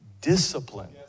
discipline